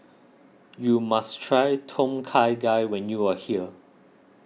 you must try Tom Kha Gai when you are here